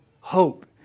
hope